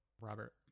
Robert